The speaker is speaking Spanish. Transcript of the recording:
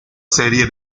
serie